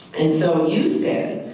and so you said,